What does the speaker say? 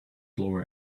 lower